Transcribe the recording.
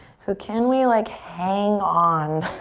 so can we like hang on?